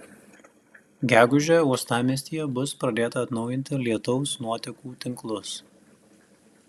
gegužę uostamiestyje bus pradėta atnaujinti lietaus nuotekų tinklus